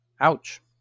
Ouch